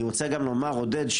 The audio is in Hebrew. עודד,